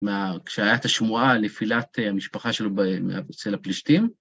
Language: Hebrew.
מההר, כשהיה את השמועה על נפילת המשפחה שלו בצל הפלישתים.